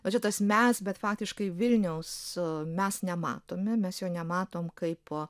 va čia tas mes bet faktiškai vilniaus mes nematome mes jo nematom kaip a